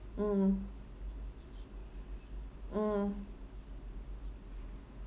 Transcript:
mm mm